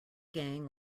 gang